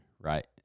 right